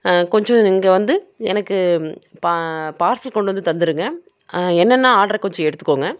கொஞ்சம் இங்கே வந்து எனக்கு பார்சல் கொண்டு வந்து தந்துவிடுங்க என்னென்ன ஆர்டர் கொஞ்சம் எடுத்துக்கோங்க